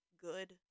good